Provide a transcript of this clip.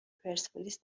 پرسپولیس